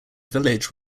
village